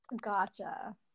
gotcha